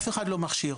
אף אחד לא מכשיר.